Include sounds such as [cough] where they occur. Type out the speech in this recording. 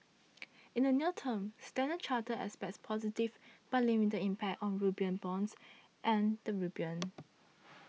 in the near term Standard Chartered expects positive but limited impact on rupiah bonds and the rupiah [noise]